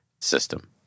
system